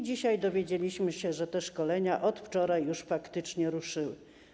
Dzisiaj dowiedzieliśmy się, że te szkolenia od wczoraj już faktycznie ruszyły.